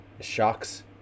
Shocks